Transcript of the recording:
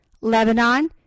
Lebanon